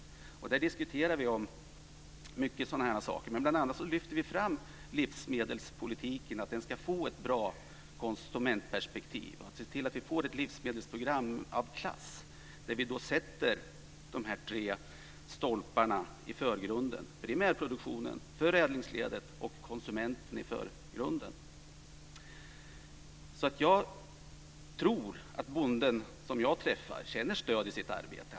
Där diskuterar vi många sådana saker. Bl.a. lyfter vi fram livsmedelspolitiken och att den ska få ett bra konsumentperspektiv. Vi ska se till att vi får ett livsmedelsprogram av klass, där vi sätter dessa tre stolpar i förgrunden - primärproduktionen, förädlingsledet och konsumenterna. Jag tror att bonden som jag träffar känner stöd i sitt arbete.